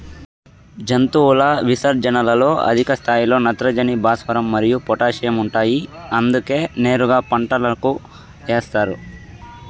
జంతువుల విసర్జనలలో అధిక స్థాయిలో నత్రజని, భాస్వరం మరియు పొటాషియం ఉంటాయి అందుకే నేరుగా పంటలకు ఏస్తారు